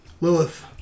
Lilith